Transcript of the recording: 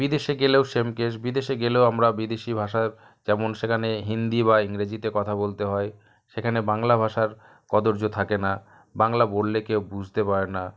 বিদেশে গেলেও same case বিদেশে গেলেও আমরা বিদেশি ভাষা যেমন সেখানে হিন্দি বা ইংরেজিতে কথা বলতে হয় সেখানে বাংলা ভাষার কদর্য থাকে না বাংলা বললে কেউ বুঝতে পারে না